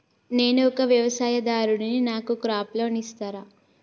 నేను ఒక వ్యవసాయదారుడిని నాకు క్రాప్ లోన్ ఇస్తారా?